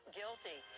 guilty